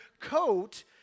coat